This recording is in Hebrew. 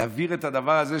להעביר את הדבר הזה,